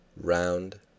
round